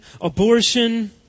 abortion